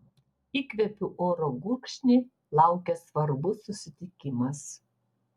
įkvėpiu oro gurkšnį laukia svarbus susitikimas